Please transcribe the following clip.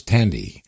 Tandy